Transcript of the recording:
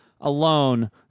alone